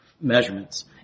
measurements